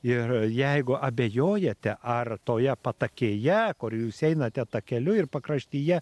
ir jeigu abejojate ar toje patakėje kur jūs einate takeliu ir pakraštyje